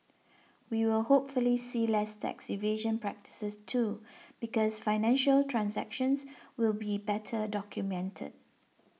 we will hopefully see less tax evasion practices too because financial transactions will be better documented